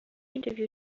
interview